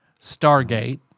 Stargate